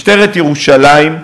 משטרת ירושלים,